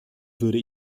würde